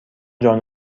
جان